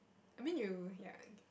I mean you ya like